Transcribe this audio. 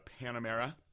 Panamera